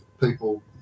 people